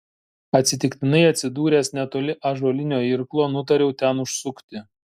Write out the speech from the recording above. atsitiktinai atsidūręs netoli ąžuolinio irklo nutariau ten užsukti